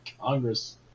Congress